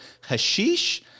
hashish